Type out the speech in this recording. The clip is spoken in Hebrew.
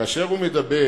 כאשר הוא מדבר